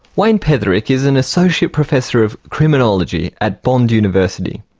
wayne petherick is an associate professor of criminology at bond university.